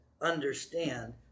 understand